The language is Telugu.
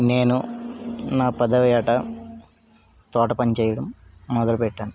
నేను నా పదవఏట తోట పని చేయడం మొదలు పెట్టాను